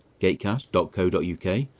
gatecast.co.uk